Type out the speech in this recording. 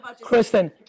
Kristen